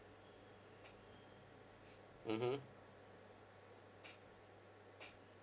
mmhmm